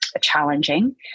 challenging